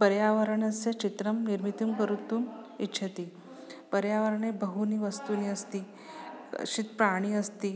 पर्यावरणस्य चित्रं निर्मितुं कर्तुम् इच्छति पर्यावरणे बहूनि वस्तूनि अस्ति शित् प्राणी अस्ति